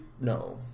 No